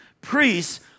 priests